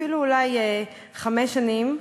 אפילו אולי חמש שנים,